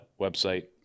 website